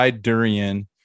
durian